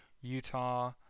Utah